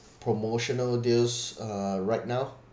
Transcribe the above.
promotional deals uh right now